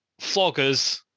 floggers